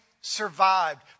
survived